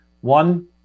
One